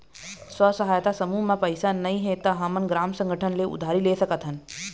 स्व सहायता समूह म पइसा नइ हे त हमन ग्राम संगठन ले उधारी ले सकत हन